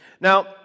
Now